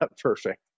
Perfect